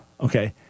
Okay